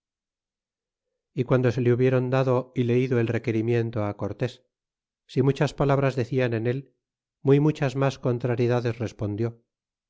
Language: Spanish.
y cuando se le hubieron dado y leido el requerimiento á cortés si muchas palabras declan en el muy muchas mas contrariedades respondió